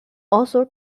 also